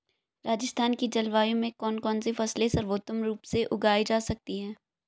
राजस्थान की जलवायु में कौन कौनसी फसलें सर्वोत्तम रूप से उगाई जा सकती हैं?